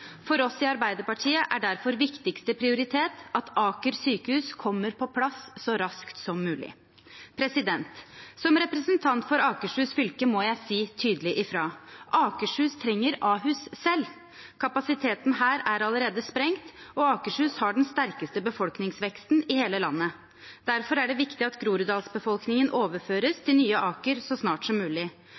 For oss i Arbeiderpartiet er derfor viktigste prioritet at Aker sykehus kommer på plass så raskt som mulig. Som representant for Akershus fylke må jeg si tydelig ifra: Akershus trenger Ahus selv. Kapasiteten her er allerede sprengt. Akershus har den sterkeste befolkningsveksten i hele landet, og derfor er det viktig at groruddalsbefolkningen overføres til nye Aker så snart som mulig.